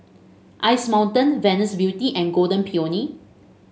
Ice Mountain Venus Beauty and Golden Peony